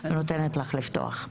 אני נותנת לך לפתוח.